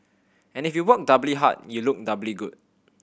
and if you work doubly hard you look doubly good